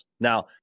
Now